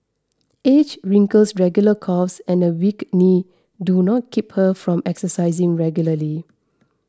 age wrinkles regular coughs and a weak knee do not keep her from exercising regularly